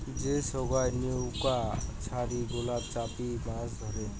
যে সোগায় নৌউকা ছারি গুলাতে চাপি মাছ ধরে